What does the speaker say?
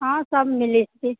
हँ सब मिलैत छै